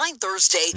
Thursday